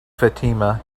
fatima